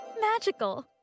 magical